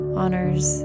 honors